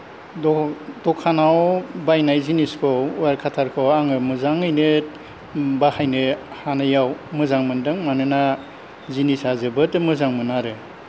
द' दखानाव बायनाय जिनिसखौ औवा काटारखौ आङो मोजाङैनो बाहायनो हानायाव मोजां मोन्दों मानोना जिनिसा जोबोद मोजां मोन आरो